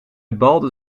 balde